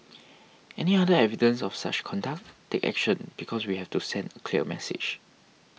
any other evidence of such conduct take action because we have to send a clear message